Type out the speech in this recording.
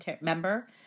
member